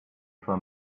for